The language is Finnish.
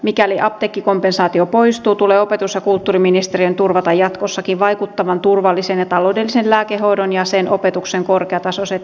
mikäli apteekkikompensaatio poistuu tulee opetus ja kulttuuriministeriön turvata jatkossakin vaikuttavan turvallisen ja taloudellisen lääkehoidon ja sen opetuksen korkeatasoiset edellytykset